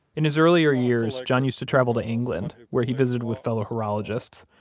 in his earlier years, john used to travel to england, where he visited with fellow horologists.